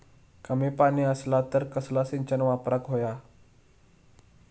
कमी पाणी असला तर कसला सिंचन वापराक होया?